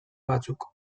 batzuk